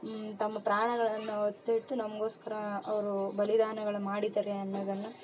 ತಮ್ಮ ಪ್ರಾಣಗಳನ್ನು ಒತ್ತೆಯಿಟ್ಟು ನಮಗೋಸ್ಕರ ಅವರು ಬಲಿದಾನಗಳನ್ನ ಮಾಡಿದ್ದಾರೆ ಅನ್ನೋದನ್ನ